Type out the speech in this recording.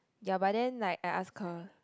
ya but then like I ask her